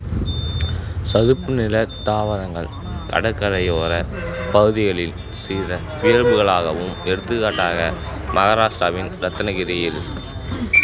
சதுப்புநிலத் தாவரங்கள் கடற்கரையோரப் பகுதிகளில் சிறப்பியல்புகளாகவும் எடுத்துக்காட்டாக மகாராஷ்ட்ராவின் ரத்னகிரியில்